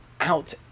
out